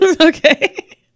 Okay